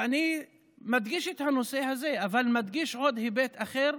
ואני מדגיש את הנושא הזה, אבל מדגיש עוד היבט אחר,